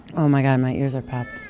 oh, my god, my ears are popped.